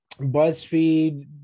BuzzFeed